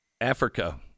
Africa